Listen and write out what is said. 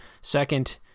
second